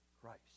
Christ